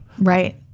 Right